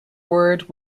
word